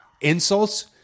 insults